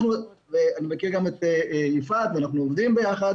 אני מכיר גם את יפעת ואנחנו עובדים ביחד,